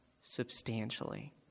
substantially